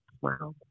Wow